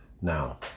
Now